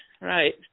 Right